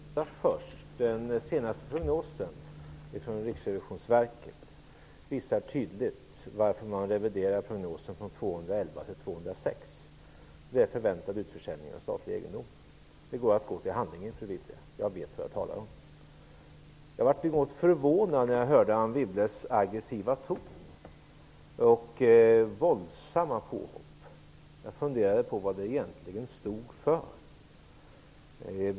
Fru talman! Låt mig ta upp det sist sagda först. Den senaste prognosen från Riksrevisionsverket visar tydligt varför man reviderar prognosen från 211 till 206. Man gör det genom förväntad utförsäljning av statlig egendom. Det går att gå till handlingen för att finna det, fru Wibble. Jag vet vad jag talar om. Jag blev enormt förvånad när jag hörde Anne Wibbles aggressiva ton och våldsamma påhopp. Jag funderade på vad det egentligen stod för.